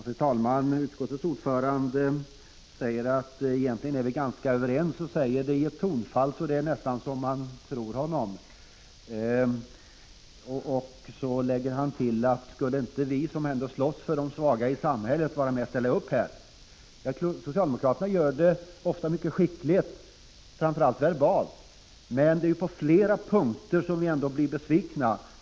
Fru talman! Utskottets ordförande säger att vi egentligen är ganska överens, och han säger det i ett sådant tonfall att man nästan tror honom. Sedan lägger han till: Skulle inte vi, som slåss för de svaga i samhället, vara med och ställa upp här? Socialdemokraterna är ofta mycket skickliga, framför allt verbalt, men man blir ändå besviken på flera punkter.